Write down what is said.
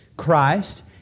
Christ